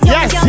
Yes